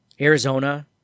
Arizona